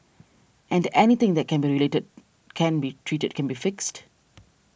and anything that can be related can be treated can be fixed